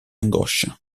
angoscia